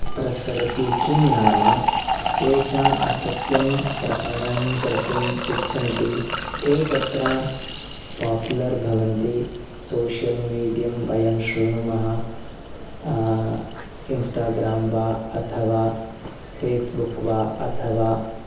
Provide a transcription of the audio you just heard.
प्रसरति किं नाम ये च असत्यं प्रसरणं कर्तुम् इच्छन्ति ते तत्र पाप्पुलर् भवन्ति सोशयिल् मिडियं वयं श्रुणुमः इन्स्टाग्राम् वा अथवा फेस्बुक् वा अथवा